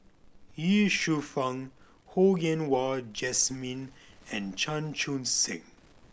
Ye Shufang Ho Yen Wah Jesmine and Chan Chun Sing